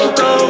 go